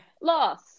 loss